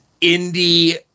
indie